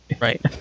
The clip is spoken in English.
Right